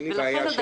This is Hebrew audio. אין לי בעיה.